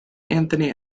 anthony